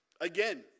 Again